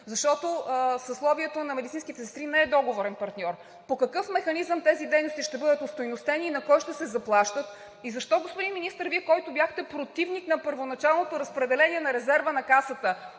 защото съсловието на медицинските сестри не е договорен партньор? По какъв механизъм тези дейности ще бъдат остойностени и на кой ще се заплащат? И защо, господин Министър, Вие, който бяхте противник на първоначалното разпределение на резерва на Касата